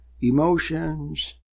emotions